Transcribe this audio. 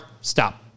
stop